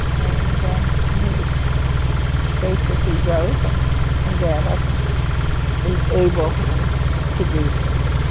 and i think it's great that he wrote and i'm glad i could enable him to do so.